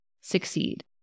succeed